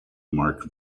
mark